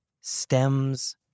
stems